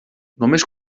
només